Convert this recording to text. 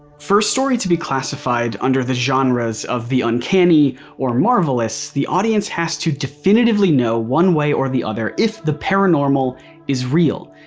for a story to be classified under the genres of the uncanny or marvelous, the audience has to definitively know one way or the other if the paranormal is real.